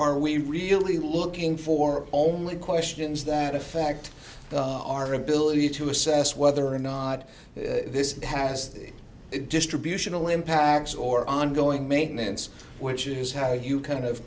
are we really looking for only questions that affect our ability to assess whether or not this has distributional impacts or ongoing maintenance which is how you kind of